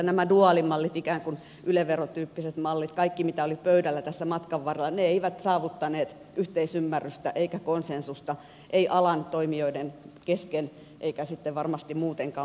nämä duaalimallit ikään kun yle verotyyppiset mallit kaikki mitä oli pöydällä tässä matkan varrella eivät saavuttaneet yhteisymmärrystä eivätkä konsensusta eivät alan toimijoiden kesken eivätkä sitten varmasti muutenkaan